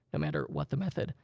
matter what the method.